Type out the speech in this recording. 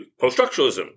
post-structuralism